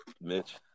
Mitch